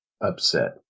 upset